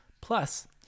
Plus